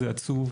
זה עצוב,